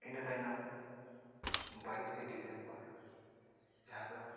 ᱤᱱᱟᱹ ᱛᱟᱭᱱᱚᱢ ᱵᱟᱭᱤᱥᱮ ᱰᱤᱥᱮᱢᱵᱚᱨ ᱡᱟᱦᱟᱸ ᱫᱚ